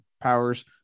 powers